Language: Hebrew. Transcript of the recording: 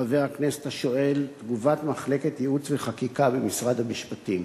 חבר הכנסת השואל את תגובת מחלקת ייעוץ וחקיקה במשרד המשפטים: